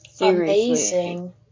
Amazing